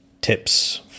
tips